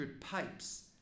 pipes